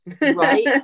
right